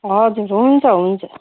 हजुर हुन्छ हुन्छ